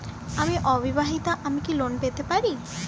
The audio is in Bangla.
আমি অবিবাহিতা আমি কি লোন পেতে পারি?